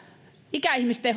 ikäihmisten